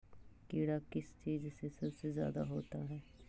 कीड़ा किस चीज से सबसे ज्यादा होता है?